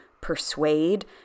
persuade